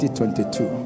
2022